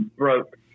broke